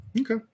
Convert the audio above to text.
Okay